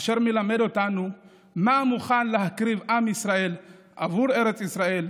אשר מלמד אותנו מה מוכן להקריב עם ישראל עבור ארץ ישראל,